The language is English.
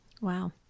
Wow